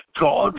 God